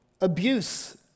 abuse